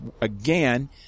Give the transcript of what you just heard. again